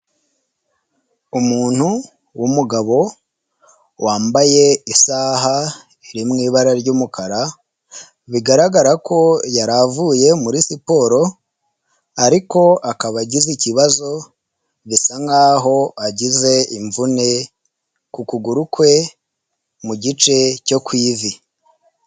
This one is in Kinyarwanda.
Umuntu w'umugabo wambaye isaha iri mu ibara ry'umukara bigaragara ko yari avuye muri siporo ariko akaba agize ikibazo bisa nkaho agize imvune ku kuguru kwe mu gice cyo ku ivi.